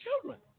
children